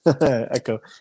Echo